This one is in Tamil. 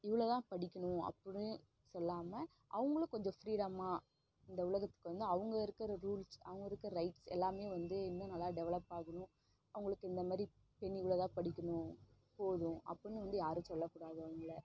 இவ்வளோதான் படிக்கணும் அப்படின் சொல்லாமல் அவங்குளும் கொஞ்சம் ஃபிரீடமாக இந்த உலகத்துக்கு வந்து அவங்க இருக்கிற ரூல்ஸ் அவங்க இருக்கிற ரைஸ்ட்ஸ் எல்லாமே வந்து இன்னும் நல்லா டெவெலப்பாகணும் அவங்குளுக்கு இந்த மாரி பெண் இவ்வளோதான் படிக்கணும் போதும் அப்படின்னு வந்து யாரும் சொல்லக்கூடாது அவங்கள